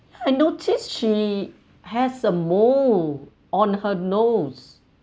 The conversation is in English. I noticed she has a mole on her nose